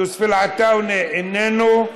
יוסף עטאונה, איננו,